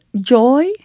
joy